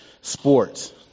sports